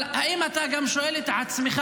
אבל האם אתה גם שואל את עצמך,